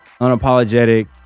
unapologetic